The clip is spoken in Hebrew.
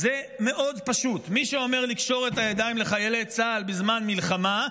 אז זה מאוד פשוט: מי שאומר לקשור את הידיים לחיילי צה"ל בזמן מלחמה,